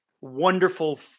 wonderful